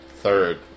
third